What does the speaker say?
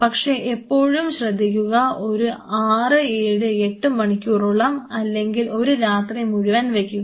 പക്ഷേ എപ്പോഴും ശ്രദ്ധിക്കുക ഒരു 678 മണിക്കൂറോളം അല്ലെങ്കിൽ ഒരു രാത്രി മുഴുവൻ വയ്ക്കുക